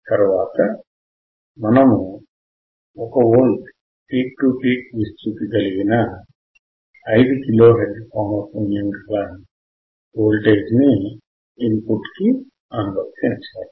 తరువాత మనము ఒక వోల్ట్ పీక్ టూ పీక్ విస్తృతి గల 5 కిలో హెర్ట్జ్ పౌనఃపున్యము కలిగిన వోల్టేజ్ ని ఇన్ పుట్ కి అనువర్తించాలి